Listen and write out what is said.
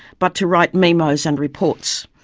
but to write memos and reports.